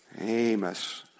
Amos